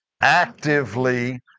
actively